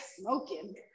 smoking